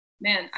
man